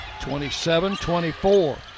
27-24